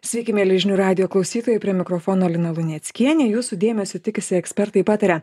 sveiki mieli žinių radijo klausytojai prie mikrofono lina luneckienė jūsų dėmesio tikisi ekspertai pataria